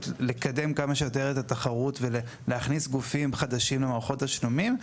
לקדם כמה שיותר את התחרות ולהכניס גופים חדשים למערכות תשלומים,